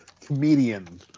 comedian